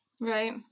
Right